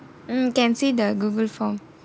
mm can see the Google form